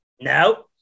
No